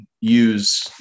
use